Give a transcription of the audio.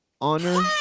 Honor